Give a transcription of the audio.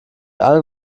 allen